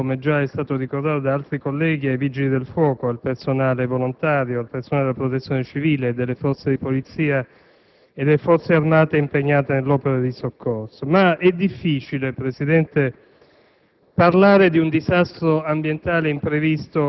ai familiari di chi ha perso la vita e la gratitudine, come già ricordato da altri colleghi, ai Vigili del fuoco, al personale volontario, al personale della Protezione civile, delle forze di polizia e delle Forze armate impegnate nell'opera di soccorso. È però difficile, Presidente,